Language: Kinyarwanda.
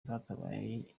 yatabaye